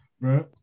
Bro